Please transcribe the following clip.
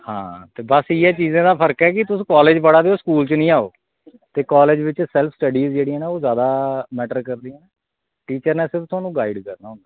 आं ते बस इयै फर्क ऐ की तुस कॉलेज़ पढ़ा दे ओ स्कूल निं ऐ ओह् ते कॉलेज़ बिच ना सेल्फ स्टडीज़ ना ओह् मैटर करदियां न टीचर नै थाह्नूं सिर्फ गाईड करना होंदा